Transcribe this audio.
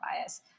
bias